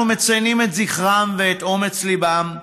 אנחנו מציינים את זכרם ואת אומץ ליבם,